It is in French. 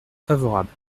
favorable